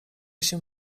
się